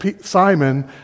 Simon